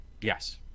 Yes